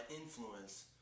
influence